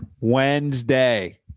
Wednesday